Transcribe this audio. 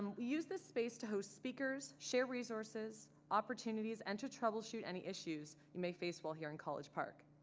um use this space to host speakers, share resources, opportunities and to troubleshoot any issues you may face while here in college park.